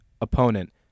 opponent